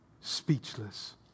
Speechless